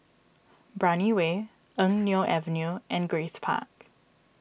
Brani Way Eng Neo Avenue and Grace Park